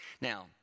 Now